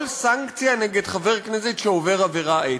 סנקציה נגד חבר כנסת שעובר עבירה אתית.